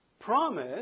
promise